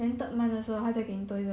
!huh!